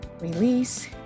release